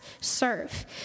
serve